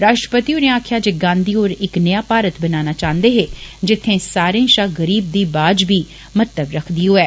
रॉश्ट्रपति होरें आक्खेआ जे गांधी होर इक नेहा भारत बनाना चाहन्दे हे जित्थें सारें षा गरीब बी बुआज बी महत्व रक्खदी होये